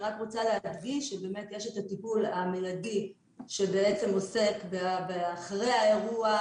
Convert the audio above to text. רוצה להדגיש שיש את הטיפול המיידי שעוסק באחרי האירוע,